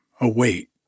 await